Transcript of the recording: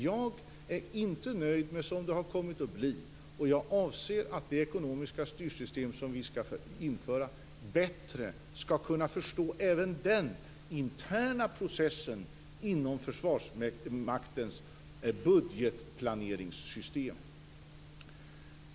Jag är inte nöjd med hur det har kommit att bli, och jag anser att vi med det ekonomiska styrsystem som vi skall införa bättre skall kunna förstå även den interna processen inom Försvarsmaktens budgetplaneringssystem.